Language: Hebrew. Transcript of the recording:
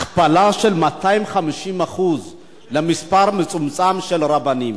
הכפלה של 250% למספר מצומצם של רבנים.